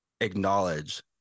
acknowledge